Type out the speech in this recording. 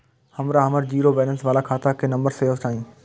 हमरा हमर zero balance बाला खाता के नम्बर सेहो चाही